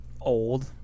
Old